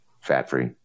fat-free